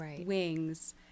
wings